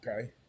Okay